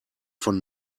von